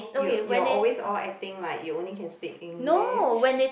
you you always all acting like you only can speak English